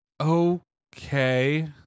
okay